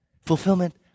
Fulfillment